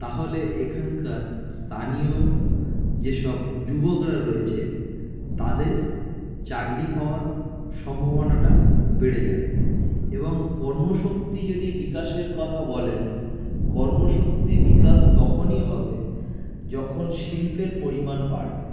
তাহলে এখানকার স্থানীয় যেসব যুবকরা রয়েছে তাদের চাকরি পাওয়ার সম্ভাবনাটা বেড়ে যাবে এবং কর্মশক্তি যদি বিকাশের কথা বলেন কর্মশক্তি বিকাশ তখনই হবে যখন শিল্পের পরিমাণ বাড়বে